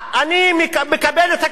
אני מקבל את הכדור,